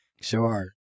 Sure